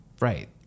Right